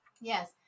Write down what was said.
Yes